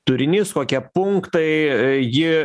turinys kokie punktai ji